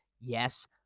Yes